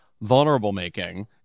vulnerable-making